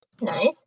nice